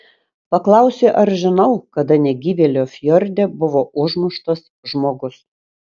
paklausė ar žinau kada negyvėlio fjorde buvo užmuštas žmogus